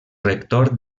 rector